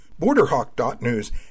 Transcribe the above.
Borderhawk.news